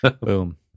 Boom